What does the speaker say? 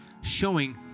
showing